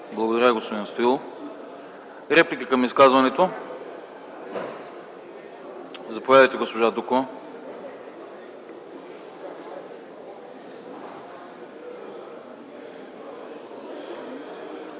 Благодаря, господин Стоилов. Реплика към изказването – заповядайте, госпожо Дукова.